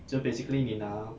so basically 你拿